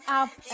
up